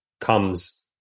comes